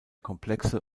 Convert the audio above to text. komplexe